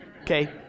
okay